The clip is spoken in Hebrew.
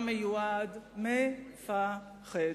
המיועד מ-פ-ח-ד.